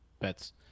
bets